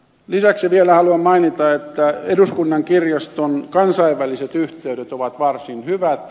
lisäksi vielä haluan mainita että eduskunnan kirjaston kansainväliset yhteydet ovat varsin hyvät